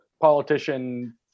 politician